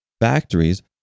factories